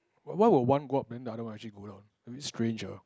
why will one go up then the other one actually go down a bit strange ah